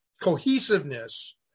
cohesiveness